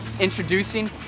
introducing